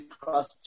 cross